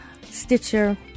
Stitcher